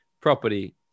property